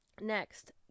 next